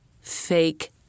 fake